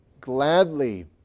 gladly